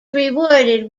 rewarded